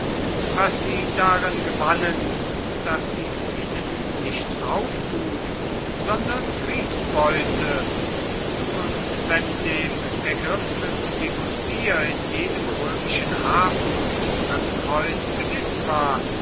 was sie darin gewannen das hieß ihnen nicht raubgut sondern kriegsbeute und wenn dem ergriffenen flibustier in jedem römischen hafen das kreuz gewiß war